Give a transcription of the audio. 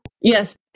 Yes